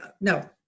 no